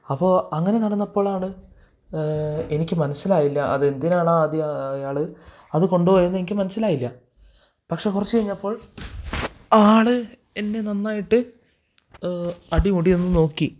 അപ്പോള് അങ്ങനെ നടന്നപ്പോഴാണ് എനിക്ക് മനസ്സിലായില്ല അതെന്തിനാണാദ്യം അയാള് അത് കൊണ്ടുപോയതെന്നെനിക്ക് മനസിലായില്ല പക്ഷെ കുറച്ച് കഴിഞ്ഞപ്പോള് ആള് എന്നെ നന്നായിട്ട് അടിമുടിയൊന്ന് നോക്കി